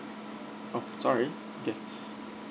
oh sorry okay